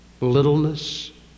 littleness